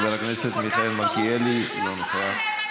חבר הכנסת מיכאל מלכיאלי, אינו נוכח.